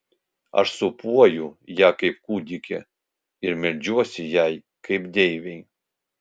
aš sūpuoju ją kaip kūdikį ir meldžiuosi jai kaip deivei